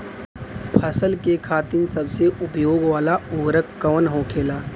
फसल के खातिन सबसे उपयोग वाला उर्वरक कवन होखेला?